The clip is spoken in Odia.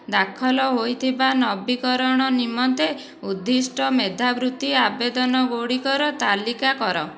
ଦାଖଲ ହୋଇଥିବା ନବୀକରଣ ନିମନ୍ତେ ଉଦ୍ଦିଷ୍ଟ ମେଧାବୃତ୍ତି ଆବେଦନଗୁଡ଼ିକର ତାଲିକା କର